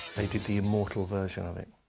they did the immortal version of it.